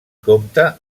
compta